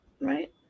Right